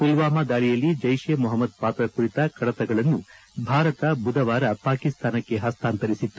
ಮಲ್ವಾಮಾ ದಾಳಿಯಲ್ಲಿ ಜೈಷ್ ಎ ಮೊಹಮದ್ ಪಾತ್ರ ಕುರಿತ ಕಡತಗಳನ್ನು ಭಾರತ ಬುಧವಾರ ಪಾಕಿಸ್ತಾನಕ್ಕೆ ಹಸ್ತಾಂತರಿಸಿತ್ತು